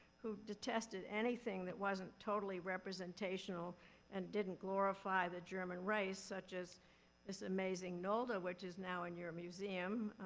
who detested anything that wasn't totally representational and didn't glorify the german race, such as this amazing nolde, which is now in your museum.